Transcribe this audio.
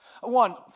One